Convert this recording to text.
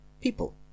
people